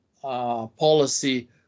policy